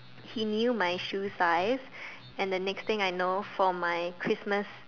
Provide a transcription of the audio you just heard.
he knew my shoe size and the next thing I know for my Christmas